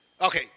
Okay